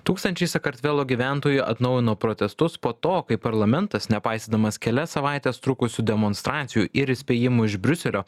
tūkstančiai sakartvelo gyventojų atnaujino protestus po to kai parlamentas nepaisydamas kelias savaites trukusių demonstracijų ir įspėjimų iš briuselio